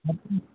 ಮತ್ತು ಇನ್ನ